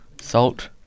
salt